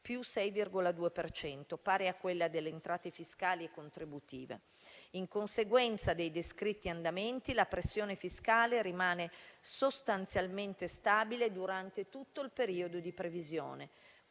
per cento), pari a quella delle entrate fiscali e contributive. In conseguenza dei descritti andamenti, la pressione fiscale rimane sostanzialmente stabile durante tutto il periodo di previsione: